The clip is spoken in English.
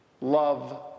Love